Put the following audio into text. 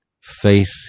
faith